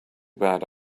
bad